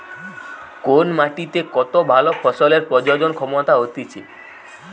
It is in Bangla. কোন মাটিতে কত ভালো ফসলের প্রজনন ক্ষমতা হতিছে